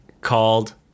called